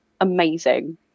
Amazing